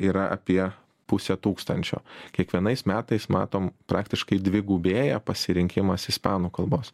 yra apie pusė tūkstančio kiekvienais metais matom praktiškai dvigubėja pasirinkimas ispanų kalbos